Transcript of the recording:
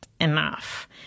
enough